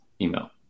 email